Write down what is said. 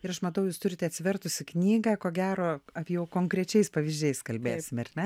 ir aš matau jūs turite atsivertusi knygą ko gero jau konkrečiais pavyzdžiais kalbėsim ar ne